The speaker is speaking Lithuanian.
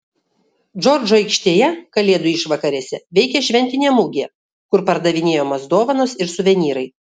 džordžo aikštėje kalėdų išvakarėse veikia šventinė mugė kur pardavinėjamos dovanos ir suvenyrai